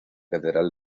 catedral